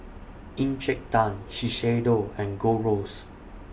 Encik Tan Shiseido and Gold Roast